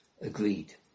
agreed